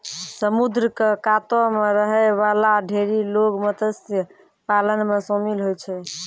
समुद्र क कातो म रहै वाला ढेरी लोग मत्स्य पालन म शामिल होय छै